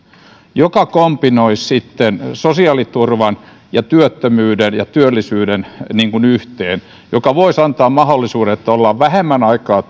joka kombinoisi sitten sosiaaliturvan työttömyyden ja työllisyyden yhteen ja voisi antaa mahdollisuuden että ollaan vähemmän aikaa